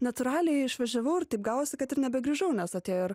natūraliai išvažiavau ir taip gavosi kad ir nebegrįžau nes atėjo ir